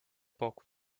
bock